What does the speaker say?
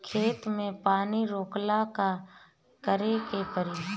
खेत मे पानी रोकेला का करे के परी?